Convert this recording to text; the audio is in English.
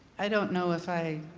i don't know if i